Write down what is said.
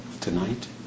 Tonight